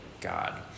God